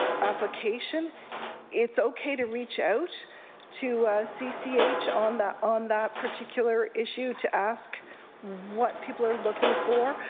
application it's okay to reach out to cch on that on that particular issue to ask what people are looking for.